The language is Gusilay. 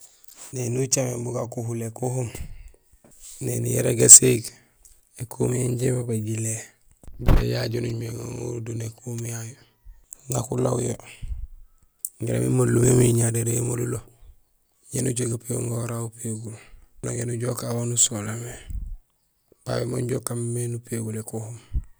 Néni ucaméén bu gakuhul ékuhum; néni yara gaséég, ékuhum yayu inja ébabaaj jilé. Jilé jaju jo nuñumé éŋaar uruur do nékuhum yayu nak ulaaw yo jaraam émalulo yaamé ñadéree émalulo ñé nujook gapégum gagu uraaw nupégul nunogéén nujoow ukaan waan usola mé. Babé mé inja ukaan mémé nupégul.